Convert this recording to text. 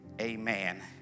amen